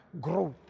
growth